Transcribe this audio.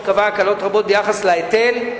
שקבעה הקלות רבות ביחס להיטל,